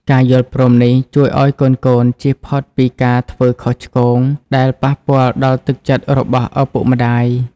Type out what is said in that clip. ការយល់ព្រមនេះជួយឱ្យកូនៗចៀសផុតពីការធ្វើខុសឆ្គង ដែលប៉ះពាល់ដល់ទឹកចិត្តរបស់ឪពុកម្ដាយ។